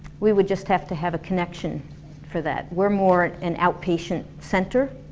we would just have to have a connection for that. we're more an outpatient center.